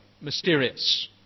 mysterious